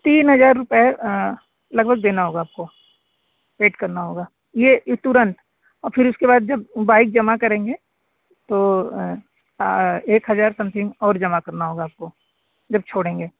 तीन हज़ार रुपये लगभग देना होगा आपको पेड करना होगा ये ये तुरंत अब फिर उसके बाद जब बाइक जमा करेंगे तो एक हज़ार समथिंग और जमा करना होगा आपको जब छोड़ेंगे